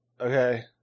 okay